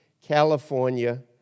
California